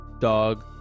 dog